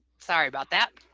sorry about that.